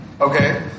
Okay